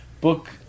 book